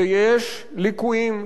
ויש ליקויים,